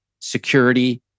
security